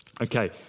Okay